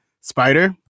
Spider